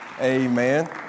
Amen